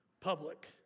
public